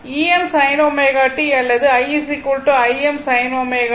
Em sin ω t அல்லது i i M sin ω t